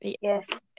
yes